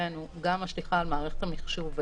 מבחינתנו גם משליכה על מערכת המחשוב.